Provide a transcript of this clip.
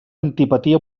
antipatia